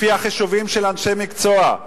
לפי החישובים של אנשי מקצוע,